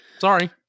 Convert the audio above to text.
Sorry